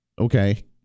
okay